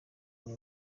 ibya